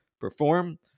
perform